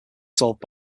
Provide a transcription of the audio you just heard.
solved